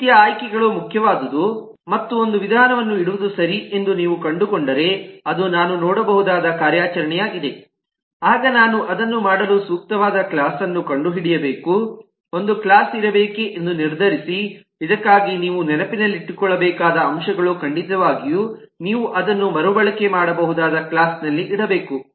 ಆ ರೀತಿಯ ಆಯ್ಕೆಗಳು ಮುಖ್ಯವಾದುದು ಮತ್ತು ಒಂದು ವಿಧಾನವನ್ನು ಇಡುವುದು ಸರಿ ಎಂದು ನೀವು ಕಂಡುಕೊಂಡರೆ ಅದು ನಾನು ನೋಡಬಹುದಾದ ಕಾರ್ಯಾಚರಣೆಯಾಗಿದೆ ಆಗ ನಾನು ಅದನ್ನು ಮಾಡಲು ಸೂಕ್ತವಾದ ಕ್ಲಾಸ್ ಅನ್ನು ಕಂಡುಹಿಡಿಯಬೇಕು ಒಂದು ಕ್ಲಾಸ್ ಇರಬೇಕೆ ಎಂದು ನಿರ್ಧರಿಸಿ ಇದಕ್ಕಾಗಿ ನೀವು ನೆನಪಿನಲ್ಲಿಟ್ಟುಕೊಳ್ಳಬೇಕಾದ ಅಂಶಗಳು ಖಂಡಿತವಾಗಿಯೂ ನೀವು ಅದನ್ನು ಮರುಬಳಕೆ ಮಾಡಬಹುದಾದ ಕ್ಲಾಸ್ನಲ್ಲಿ ಇಡಬೇಕು